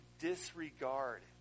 disregard